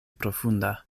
profunda